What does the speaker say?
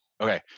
okay